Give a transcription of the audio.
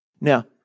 Now